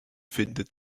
findet